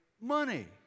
money